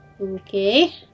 Okay